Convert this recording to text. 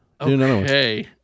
Okay